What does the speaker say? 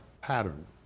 pattern